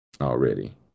Already